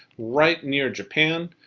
right near japan,